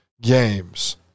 games